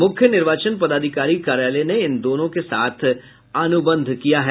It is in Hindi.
मुख्य निवार्चन पदाधिकारी कार्यालय ने इन दोनों के साथ अनुबंध किया है